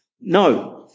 No